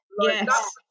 Yes